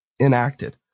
enacted